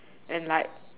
and like